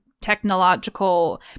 technological